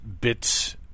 bits